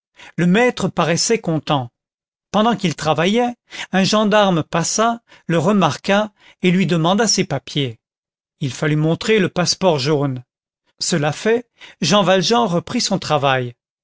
le maître paraissait content pendant qu'il travaillait un gendarme passa le remarqua et lui demanda ses papiers il fallut montrer le passeport jaune cela fait jean valjean reprit son travail